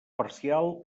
parcial